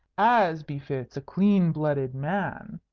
as befits a clean-blooded man,